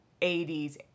80s